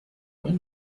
when